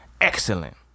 excellent